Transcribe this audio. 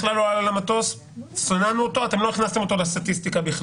בכלל לא עלה למטוס ולא הכנסתם אותו לסטטיסטיקה.